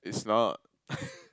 it's not